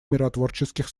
миротворческих